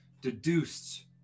deduced